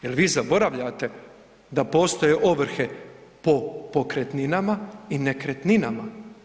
Je li vi zaboravljate da postoje ovrhe po pokretninama i nekretninama?